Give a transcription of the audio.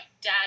dad